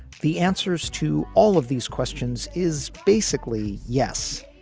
the answers to all of these questions is basically yes.